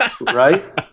right